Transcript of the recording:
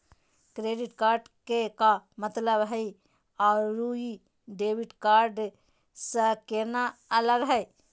Credit card के का मतलब हई अरू ई डेबिट कार्ड स केना अलग हई?